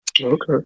Okay